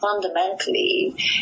fundamentally